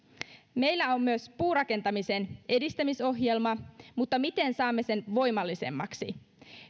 meillä on myös puurakentamisen edistämisohjelma mutta miten saamme sen voimallisemmaksi